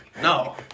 no